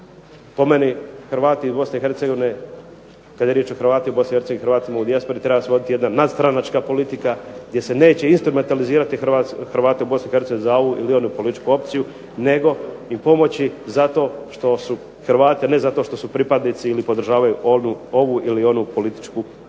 Po meni, Hrvati iz BiH, kada je riječ o Hrvatima u BiH i Hrvatima u dijaspori treba se voditi jedna nadstranačka politika gdje se neće instrumentalizirati Hrvate u BiH za ovu ili onu političku opciju nego im pomoći zato što su Hrvati, a ne zato što su pripadnici ili podržavaju ovu ili onu političku opciju.